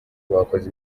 bakoze